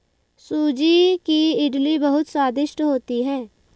सूजी की इडली बहुत स्वादिष्ट होती है